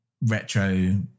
retro